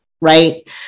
right